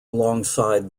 alongside